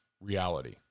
reality